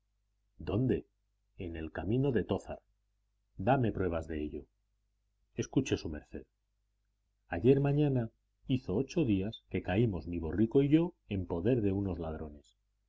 dónde en el camino de tózar dame pruebas de ello escuche su merced ayer mañana hizo ocho días que caímos mi borrico y yo en poder de unos ladrones